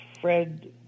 Fred